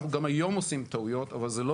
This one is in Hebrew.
אנחנו גם היום עושים טעויות אבל זה לא